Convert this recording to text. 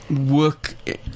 work